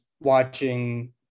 Watching